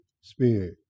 Spirit